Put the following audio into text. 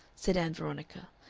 said ann veronica,